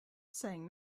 saying